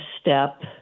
step